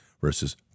versus